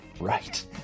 right